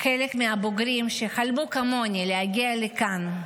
חלק מהבוגרים שחלמו כמוני להגיע לכאן,